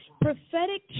Prophetic